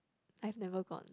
I've never gone